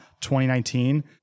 2019